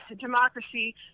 democracy